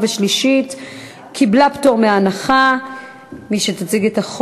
גברתי היושבת בראש,